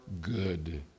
good